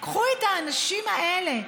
קחו את האנשים האלה,